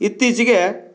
ಇತ್ತೀಚೆಗೆ